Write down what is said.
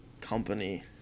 company